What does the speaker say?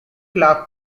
clarke